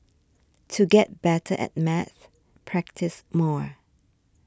to get better at maths practise more